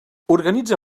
organitza